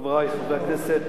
חברי חברי הכנסת,